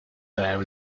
there